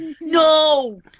No